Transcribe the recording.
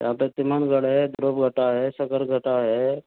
यहाँ पे तीमनगढ़ है ध्रुवगता है सकरगता है